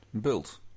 Built